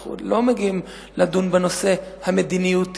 אנחנו עוד לא מגיעים לדון בנושא המדיניותי,